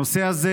הנושא הזה